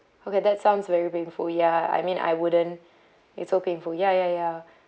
okay that sounds very painful ya I mean I wouldn't it's so painful ya ya ya